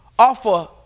Offer